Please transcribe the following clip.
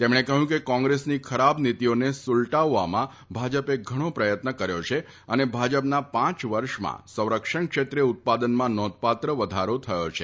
તેમણે કહ્યું કે કોંગ્રેસની ખરાબ નીતીઓને સુલટાવવામાં ભાજપે ઘણો પ્રયત્ન કર્યો છે અને ભાજપનાં પાંચ વર્ષમાં સંરક્ષણ ક્ષેત્રે ઉત્પાદનમાં નોંધપાત્ર વધારો થયો છે